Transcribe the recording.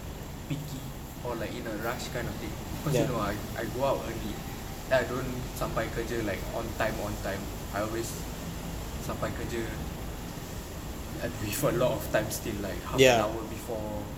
picky or like in a rush kind of thing cause you know I I go out early then I don't sampai kerja like on time on time I always sampai kerja with a lot of time still like half an hour before